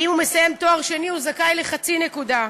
ואם הוא מסיים תואר שני, הוא זכאי לחצי נקודה.